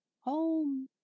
home